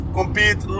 compete